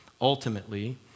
ultimately